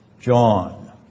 John